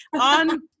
On